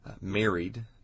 married